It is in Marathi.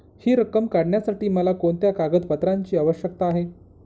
हि रक्कम काढण्यासाठी मला कोणत्या कागदपत्रांची आवश्यकता आहे?